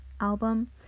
album